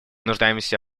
нуждаемся